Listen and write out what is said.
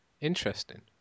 Interesting